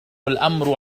الأمر